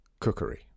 cookery